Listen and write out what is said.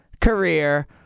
career